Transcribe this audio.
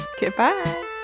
Goodbye